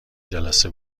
جلسه